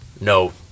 no